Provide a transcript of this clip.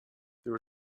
there